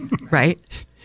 right